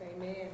amen